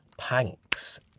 Panks